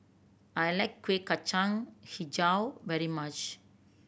I like Kuih Kacang Hijau very much